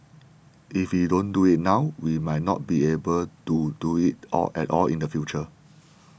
if we don't do it now we might not be able do it all at all in the future